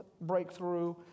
breakthrough